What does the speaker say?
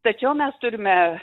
tačiau mes turime